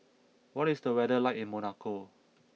what is the weather like in Monaco